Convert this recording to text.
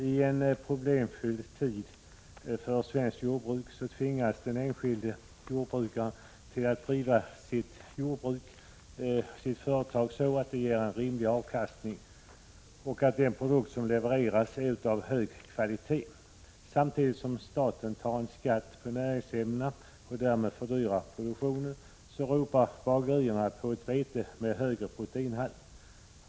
I en problemfylld tid för svenskt jordbruk tvingas den enskilde jordbrukaren till att driva sitt företag så, att han får en rimlig avkastning och hans produkter håller hög kvalitet. Samtidigt som staten tar en skatt på näringsämnen och därmed fördyrar produktionen, ropar bagerierna på ett vete med högre proteinhalt.